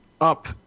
up